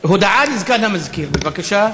הודעה לסגן המזכירה, בבקשה.